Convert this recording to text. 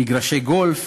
מגרשי גולף,